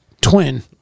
twin